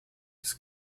his